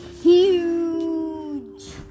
huge